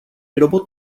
robot